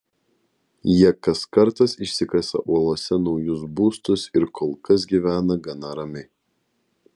jie kas kartas išsikasa uolose naujus būstus ir kol kas gyvena gana ramiai